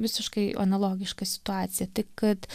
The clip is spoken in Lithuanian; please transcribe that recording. visiškai analogiška situacija tik kad